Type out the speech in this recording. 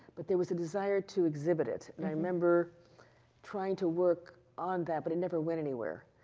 but there was the desire to exhibit it. and i remember trying to work on that, but it never went anywhere.